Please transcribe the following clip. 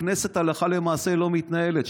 הכנסת הלכה למעשה לא מתנהלת.